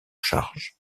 charge